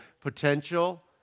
potential